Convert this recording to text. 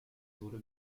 wurde